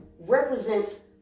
represents